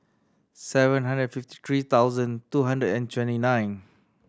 seven hundred and fifty three thousand two hundred and twenty nine